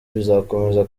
bizakomeza